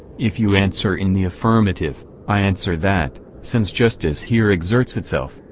if you answer in the affirmative, i answer that, since justice here exerts itself,